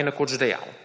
je nekoč dejal: